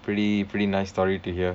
pretty pretty nice story to hear